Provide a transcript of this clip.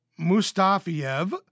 Mustafiev